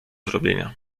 zrobienia